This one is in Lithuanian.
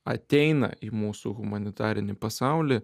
ateina į mūsų humanitarinį pasaulį